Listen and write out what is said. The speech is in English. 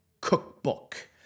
cookbook